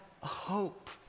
hope